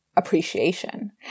Appreciation